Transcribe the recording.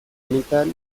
honetan